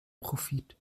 profit